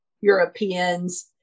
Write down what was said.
Europeans